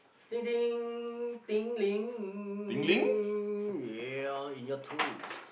tingling~ your in your toes